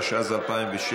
התשע"ז 2016,